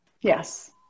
yes